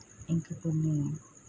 ఇంక కొన్ని